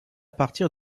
partir